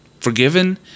forgiven